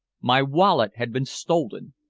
my wallet had been stolen!